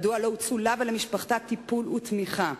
מדוע לא הוצעו לה ולמשפחתה טיפול ותמיכה?